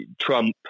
Trump